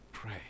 pray